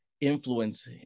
influence